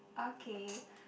ok